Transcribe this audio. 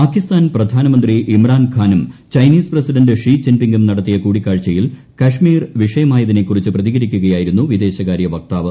പാകിസ്ഥാൻ പ്രധാനമന്ത്രി ഇമ്രാൻഖാനും Chinese president Xi ജിൻപിങ്ങും നടത്തിയ കൂടിക്കാഴ്ചയിൽ കശ്മീർ വിഷയമായതിനെക്കുറിച്ച് പ്രതികരിക്കുകയായിരുന്നു വിദേശകാര്യ വക്താവ്